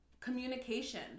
Communication